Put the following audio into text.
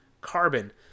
carbon